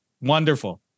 wonderful